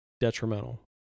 detrimental